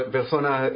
personas